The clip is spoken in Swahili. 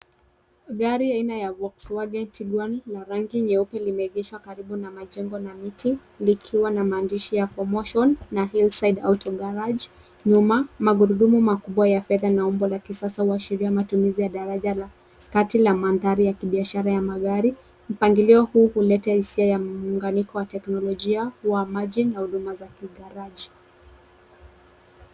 Gari aina ya Volkswagen Tiguan la rangi nyeupe limeegeshwa karibu na majengo na miti likiwa na maandishi ya For motion na Hillside Auto Garage. Nyuma, magurudumu makubwa ya fedha na umbo la kisasa huashiria matumizi ya daraja la kati la mandhari ya kibiashara ya magari. Mpangilio huu huleta hisia ya muunganiko wa teknolojia wa maji na huduma za kigaraji.